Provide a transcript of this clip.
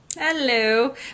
Hello